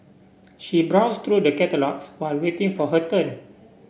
she browsed through the catalogues while waiting for her turn